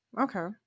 Okay